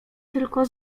tylko